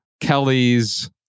Kelly's